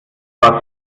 zwar